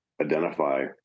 identify